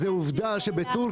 עובדה.